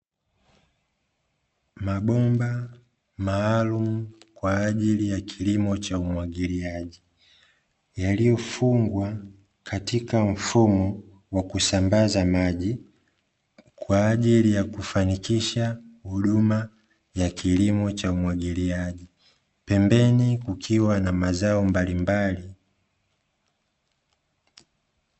Mabomba maalumu kwa ajili ya kilimo cha umwagiliaji, yaliyofungwa katika mfumo wa kusambaza maji kwa ajili ya kufanikisha huduma ya kilimo cha umwagiliaji; pembeni kukiwa na mazao mbalimbali.